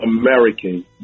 American